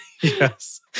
Yes